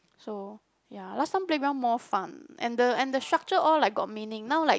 so ya last time playground more fun and the and the structure all like got meaning now like